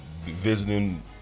Visiting